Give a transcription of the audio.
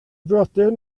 frodyr